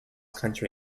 country